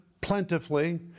plentifully